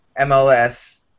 MLS